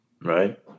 Right